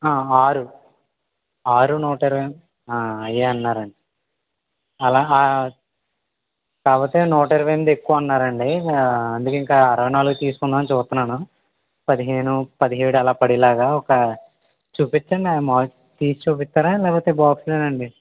ఆ ఆరు ఆరు నూట ఇరవై ఆ అవే అన్నారండి అలా ఆ కాకపోతే నూటఇరవై ఎనిమిది ఎక్కువ అన్నారండి అందుకే ఇంకా అరవై నాలుగు తీసుకుందామని చూస్తున్నాను పదిహేను పదిహేడు అలా పడేలాగా ఒక చూపించండి మాకు తీసి చూపిస్తారా లేకపోతే బాక్సులు ఏనా అండి